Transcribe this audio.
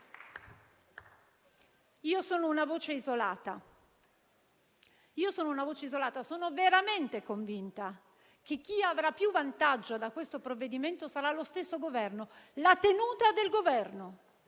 io sono una voce isolata e sono veramente convinta che chi avrà più vantaggio da questo provvedimento sarà lo stesso Governo. La tenuta del Governo